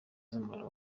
z’umuriro